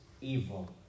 evil